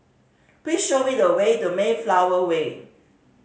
please show me the way to Mayflower Way